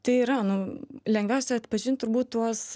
tai yra nu lengviausia atpažint turbūt tuos